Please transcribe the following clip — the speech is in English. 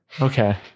Okay